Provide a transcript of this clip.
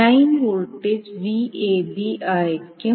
line voltage Vab ആയിരിക്കും